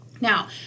Now